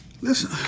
Listen